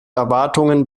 erwartungen